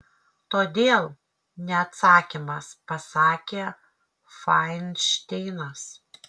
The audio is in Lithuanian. todėl ne atsakymas pasakė fainšteinas